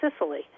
Sicily